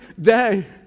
day